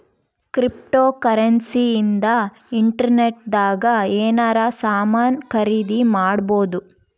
cryptocurrency ಇಂದ internet ದಾಗ ಎನಾರ ಸಾಮನ್ ಖರೀದಿ ಮಾಡ್ಬೊದು